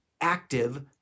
active